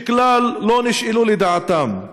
שכלל לא נשאלו לדעתם.